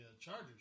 Chargers